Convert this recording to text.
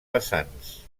vessants